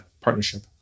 partnership